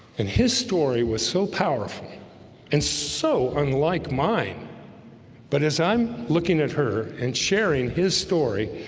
and his story was so powerful and so unlike mine but as i'm looking at her and sharing his story,